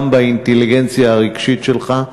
גם באינטליגנציה הרגשית שלך.